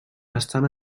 estan